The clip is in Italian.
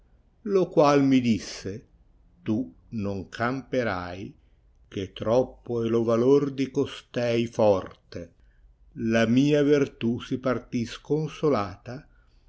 lo qual mi disse tu non camperai che troppo è lo valor di costei forte la mia ver tu si parti sconsolata